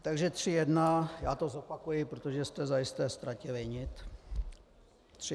Takže 3.1., já to zopakuji, protože jste zajisté ztratili nit. 3.1.